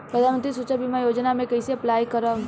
प्रधानमंत्री सुरक्षा बीमा योजना मे कैसे अप्लाई करेम?